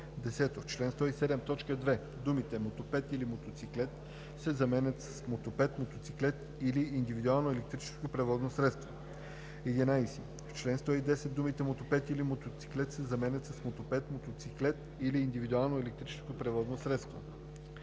10. В чл. 107, т. 2 думите „мотопед или мотоциклет“ се заменят с „мотопед, мотоциклет или индивидуално електрическо превозно средство“. 11. В чл. 110 думите „мотопед или мотоциклет“ се заменят с „мотопед, мотоциклет или индивидуално електрическо превозно средство“.